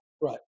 Right